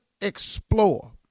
explore